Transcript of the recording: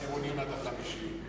שני העשירונים התחתונים עד החמישי.